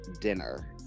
dinner